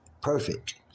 Perfect